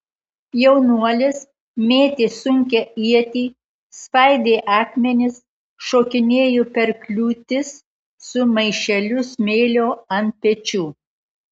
jaunuolis mėtė sunkią ietį svaidė akmenis šokinėjo per kliūtis su maišeliu smėlio ant pečių